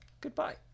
Goodbye